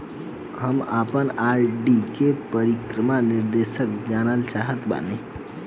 हम आपन आर.डी के परिपक्वता निर्देश जानल चाहत बानी